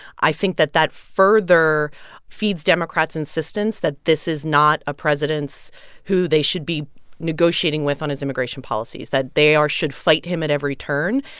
i think that that further feeds democrats' insistence that this is not a presidents who they should be negotiating with on his immigration policies that they are should fight him at every turn.